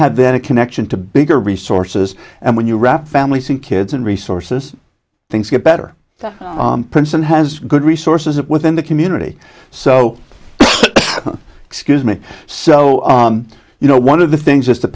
have then a connection to bigger resources and when you wrap families and kids and resources things get better princeton has good resources within the community so excuse me so you know one of the things is to